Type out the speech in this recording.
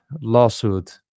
lawsuit